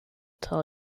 tell